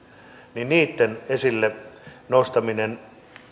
niin niitten esille nostaminen